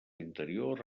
interior